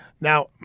Now